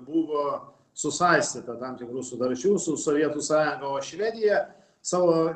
buvo susaistyta tam tikrų sutarčių su sovietų sąjunga o švedija savo